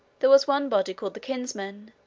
there was one body called the kinsmen,